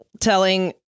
telling